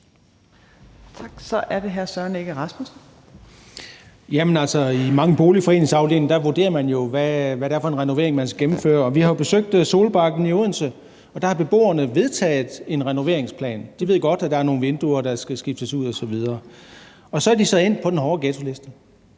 i mange boligforeningsafdelinger vurderer man, hvad det er for en renovering, man skal gennemføre. Vi har jo besøgt Solbakken i Odense, og der har beboerne vedtaget en renoveringsplan. De ved godt, at der er nogle vinduer, der skal skiftes ud osv. Og så er de endt på den hårde ghettoliste.